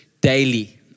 daily